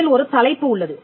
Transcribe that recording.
இதில் ஒரு தலைப்பு உள்ளது